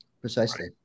Precisely